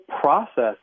process